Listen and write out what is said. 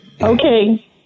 Okay